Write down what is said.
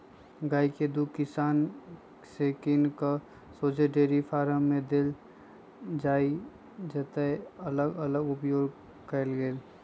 गाइ के दूध किसान से किन कऽ शोझे डेयरी फारम में देल जाइ जतए एकर अलग अलग उपयोग कएल गेल